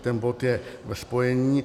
Ten bod je ve spojení.